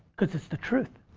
cause it's the truth.